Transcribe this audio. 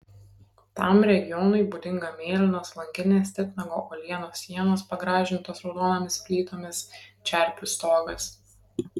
tam regionui būdinga mėlynos langinės titnago uolienos sienos pagražintos raudonomis plytomis čerpių stogas